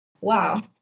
wow